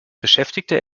beschäftigte